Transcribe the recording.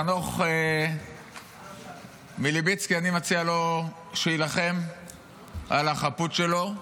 אני מציע לחנוך מלביצקי שיילחם על החפות שלו.